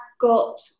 got